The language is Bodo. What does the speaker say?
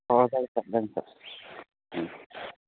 अ जागोन सार जागोन सार